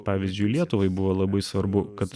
pavyzdžiui lietuvai buvo labai svarbu kad